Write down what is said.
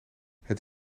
het